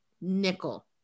nickel